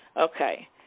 Okay